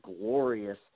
glorious